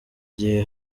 gihe